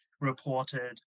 reported